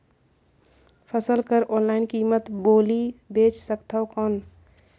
फसल कर ऑनलाइन कीमत बोली बेच सकथव कौन?